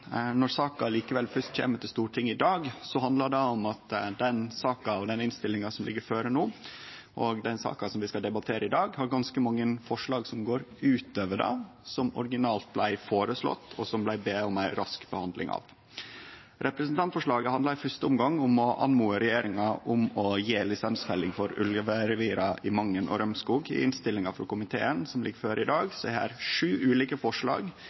Når saka likevel fyrst kjem til Stortinget i dag, handlar det om at den saka og den innstillinga som ligg føre no, og den saka som vi skal debattere i dag, har ganske mange forslag som går utover det som originalt blei føreslått, og som det blei bede om ei rask behandling av. Representantforslaget handla i fyrste omgang om å be regjeringa gje løyve til lisensfelling for ulverevira i Mangen og Rømskog. I innstillinga frå komiteen som ligg føre i dag, er det sju ulike forslag,